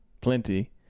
Plenty